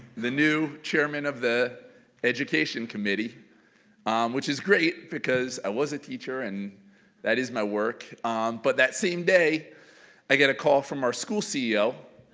the new chairman of the education committee which is great because i was a teacher and that is my, work but that same day i get a call from our school ceo,